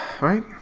right